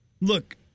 Look